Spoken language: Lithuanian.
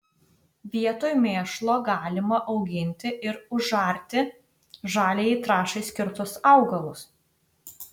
vietoj mėšlo galima auginti ir užarti žaliajai trąšai skirtus augalus